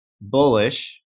bullish